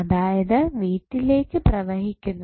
അതായത് വീട്ടിലേക്ക് പ്രവഹിക്കുന്നത്